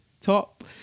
top